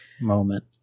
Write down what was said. moment